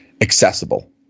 accessible